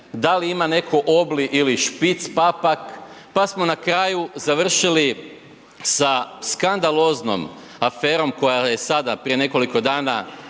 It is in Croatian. da li ima netko obli ili špic papak pa smo na kraju završili sa skandaloznom aferom koja je sada prije nekoliko dana